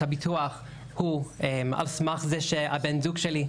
הביטוח הוא על סמך זה שבן הזוג שלי עובד,